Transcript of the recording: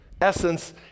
essence